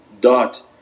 dot